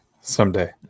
someday